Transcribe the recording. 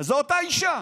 זו אותה אישה,